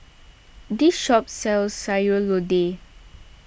this shop sells Sayur Lodeh